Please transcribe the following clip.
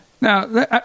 Now